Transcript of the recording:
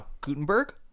Gutenberg